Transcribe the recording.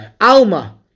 Alma